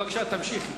בבקשה תמשיכי.